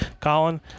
Colin